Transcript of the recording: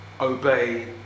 obey